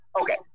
Okay